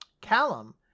Callum